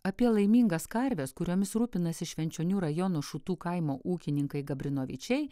apie laimingas karves kuriomis rūpinasi švenčionių rajono šutų kaimo ūkininkai gabrinovičiai